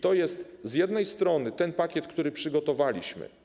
To jest z jednej strony ten pakiet, który przygotowaliśmy.